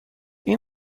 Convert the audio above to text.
آیا